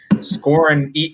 scoring